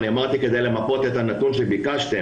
אני אמרתי שכדי למפות את הנתון שביקשתם,